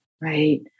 right